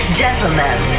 gentlemen